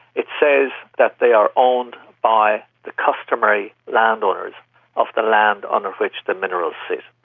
it says that they are owned by the customary land owners of the land under which the minerals sit.